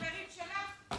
חברים שלי, חברים שלך?